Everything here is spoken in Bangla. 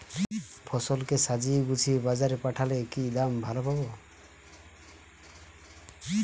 ফসল কে সাজিয়ে গুছিয়ে বাজারে পাঠালে কি দাম ভালো পাব?